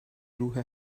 روح